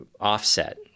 offset